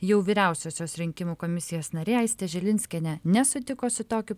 jau vyriausiosios rinkimų komisijos narė aistė žilinskienė nesutiko su tokiu